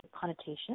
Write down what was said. connotation